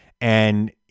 And-